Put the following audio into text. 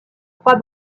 trois